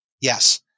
Yes